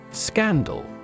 Scandal